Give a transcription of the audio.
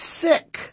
sick